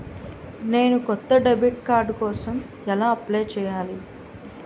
నేను కొత్త debit card కోసం ఎలా అప్లయ్ చేయాలి?